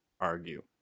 argue